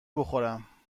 بخورم